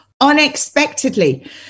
unexpectedly